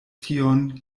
tion